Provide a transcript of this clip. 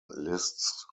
lists